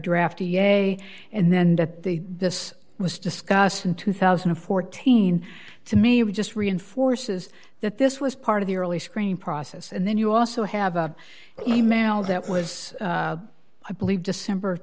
draft a yea and then that the this was discussed in two thousand and fourteen to me it just reinforces that this was part of the early screening process and then you also have an e mail that was i believe december of